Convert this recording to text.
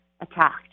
attacked